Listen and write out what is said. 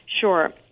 Sure